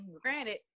granted